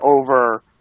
over